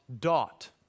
dot